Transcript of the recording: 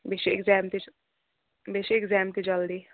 بیٚیہِ چھُ ایٚکزام تہِ بیٚیہِ چھُ ایٚکزام تہِ جَلدی